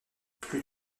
plus